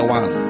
one